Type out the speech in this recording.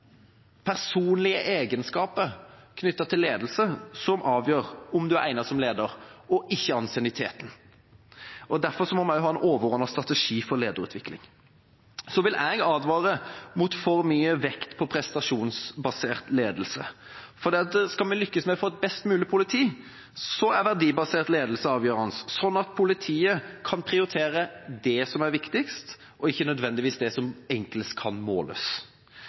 personlige egenskaper knyttet til ledelse som avgjør om man er egnet som leder, og ikke ansienniteten. Derfor må vi ha en overordnet strategi for lederutvikling. Så vil jeg advare mot for mye vekt på prestasjonsbasert ledelse. Skal vi lykkes med å få et best mulig politi, er verdibasert ledelse avgjørende, sånn at politiet kan prioritere det som er viktigst, og ikke nødvendigvis det som enklest kan måles.